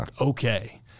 okay